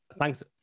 Thanks